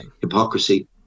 hypocrisy